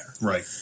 right